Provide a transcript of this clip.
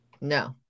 No